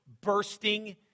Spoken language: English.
bursting